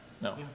No